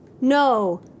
no